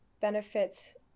benefits